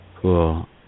Cool